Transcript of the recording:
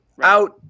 out